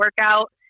workout